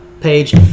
page